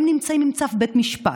הם נמצאים עם צו בית משפט.